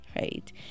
Right